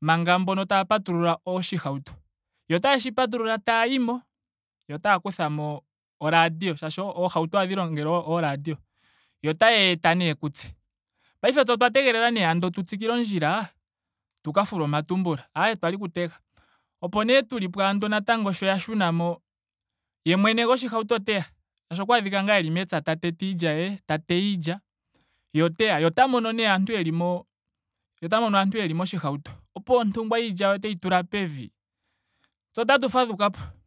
manga mbono taya patulula oshihauto yo otayeshi patulula taa yimo. yo otaa kuthamo oradio molwaashoka oohauto ohadhi longelwa ooradio. Yo otayeyi eta nee kutse. Piafe tse otwa tegelela nee andola tu tsikile ondjila tuka fule omatumbula. Aaye twali ku tega. Opo nee tulipo andola natango sho ya shuna mo ye mwene goshihauto oteya shaashi okwaadhika eli mepya ta tete iilya ye- ta teya iilya ye oteya. Ye ota mono nee aantu yeli mo- ye ota mono aantu yeli moshihauto. opuwo ontungwa yiilya ye oteyi tula pevi. tse otatu fadhukapo